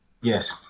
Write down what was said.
yes